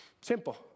Simple